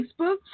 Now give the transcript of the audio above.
Facebook